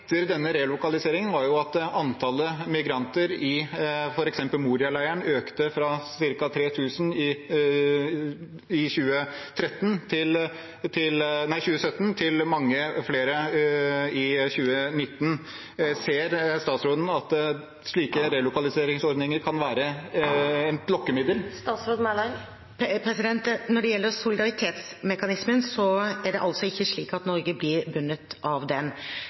denne relokaliseringen var at antallet migranter i f.eks. Moria-leiren økte fra ca. 3 000 i 2017 til mange flere i 2019. Ser statsråden at slike relokaliseringsordninger kan være et lokkemiddel? Når det gjelder solidaritetsmekanismen, er det altså ikke slik at Norge blir bundet av den.